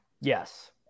yes